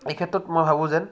এই ক্ষেত্ৰত মই ভাবোঁ যে